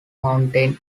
mountain